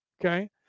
Okay